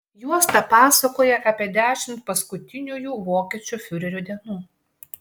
juosta pasakoja apie dešimt paskutiniųjų vokiečių fiurerio dienų